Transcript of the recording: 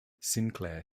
sinclair